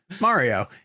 Mario